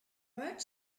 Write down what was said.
merged